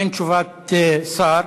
אין תשובת שר,